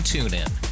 TuneIn